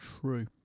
True